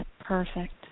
perfect